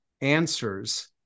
answers